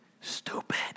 stupid